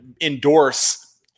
endorse